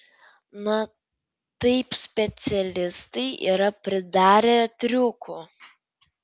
na taip specialistai yra pridarę triukų